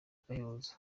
agahebuzo